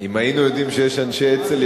אם היינו יודעים שיש אנשי אצ"ל,